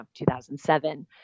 2007